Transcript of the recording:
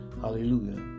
hallelujah